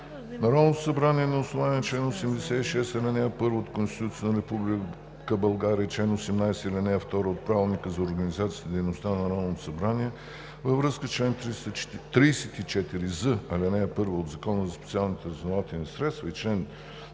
Народното събрание на основание на чл. 86, ал. 1 от Конституцията на Република България и чл. 18, ал. 2 от Правилника за организацията и дейността на Народното събрание във връзка с чл. 34з, ал. 1 от Закона за специалните разузнавателни средства и чл.